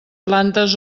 plantes